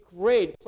great